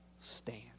stand